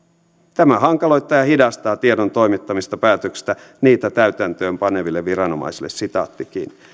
tämä hankaloittaa ja hidastaa tiedon toimittamista päätöksistä niitä täytäntöönpaneville viranomaisille